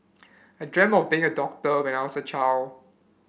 I dreamt of been a doctor when I was a child